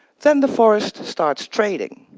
then the forest starts trading.